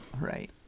Right